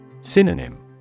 Synonym